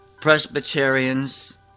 Presbyterians